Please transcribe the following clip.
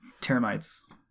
Termites